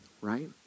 Right